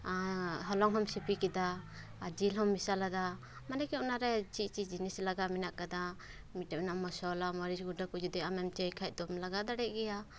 ᱟᱨ ᱦᱚᱞᱚᱝ ᱦᱚᱸᱢ ᱥᱤᱯᱤ ᱠᱮᱫᱟ ᱟᱨ ᱡᱤᱞ ᱦᱚᱸᱢ ᱢᱮᱥᱟᱞᱟᱫᱟ ᱢᱟᱱᱮ ᱠᱤ ᱚᱱᱟ ᱨᱮ ᱪᱮᱫ ᱪᱮᱫ ᱡᱤᱱᱤᱥ ᱞᱟᱜᱟᱣ ᱢᱮᱱᱟᱜ ᱠᱟᱫᱟ ᱢᱤᱫᱴᱮᱡ ᱢᱮᱱᱟᱜᱼᱟ ᱢᱚᱥᱚᱞᱟ ᱢᱟᱹᱨᱤᱪ ᱜᱩᱸᱰᱟᱹ ᱠᱚ ᱡᱩᱫᱤ ᱟᱢᱮᱢ ᱪᱟᱹᱭ ᱠᱷᱟᱡ ᱫᱚᱢ ᱞᱟᱜᱟᱣ ᱫᱟᱲᱮᱭᱟᱜ ᱜᱮᱭᱟ